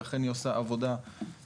ואכן היא עושה עבודה אדירה,